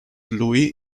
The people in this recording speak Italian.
louis